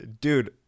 dude